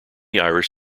irish